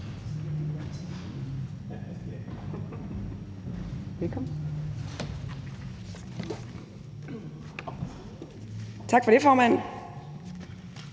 Tak for det, formand.